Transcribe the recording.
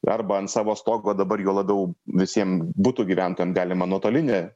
arba ant savo stogo dabar juo labiau visiem butų gyventojam galima nuotolinę